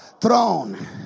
Throne